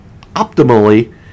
optimally